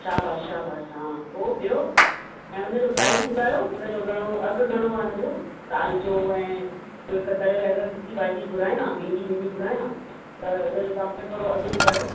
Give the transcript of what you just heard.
शाबाश शाबाश हा पोइ ॿियो ऐं उनजो प्राईस ॿुधायो उनजो घणो अघि घणो आहे इनजो दालि जो ऐं हिक तरियल अगरि सुकी भाॼी घुरायां भींडी वींडी घुरायां त उनजो तव्हां मूंखे थोरो अघि ॿुधायो